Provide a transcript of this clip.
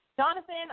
Jonathan